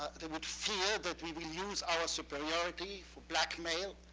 they would fear that we will use our superiority for blackmail,